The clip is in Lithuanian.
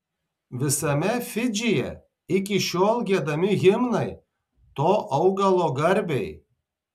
visame fidžyje iki šiol giedami himnai to augalo garbei